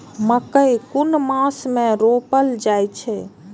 मकेय कुन मास में रोपल जाय छै?